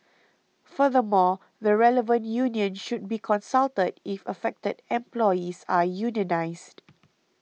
furthermore the relevant union should be consulted if affected employees are unionised